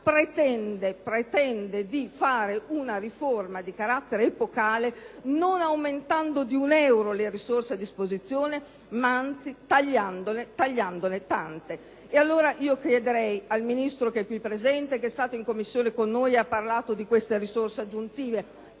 pretende di fare una riforma di carattere epocale non aumentando di un euro le risorse a disposizione, ma anzi tagliandone tante. Pertanto chiederei al Ministro che è qui presente, che è stato in Commissione con noi e ha parlato di queste risorse aggiuntive,